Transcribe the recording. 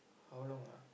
how long ah